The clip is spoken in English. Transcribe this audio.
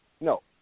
No